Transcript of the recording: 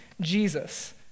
Jesus